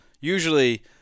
Usually